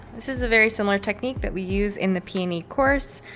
this is a very similar technique that we use in the peony course.